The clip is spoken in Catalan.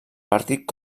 partit